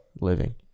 living